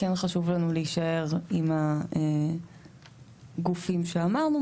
כן חשוב לנו להישאר עם הגופים שאמרנו,